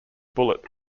bullet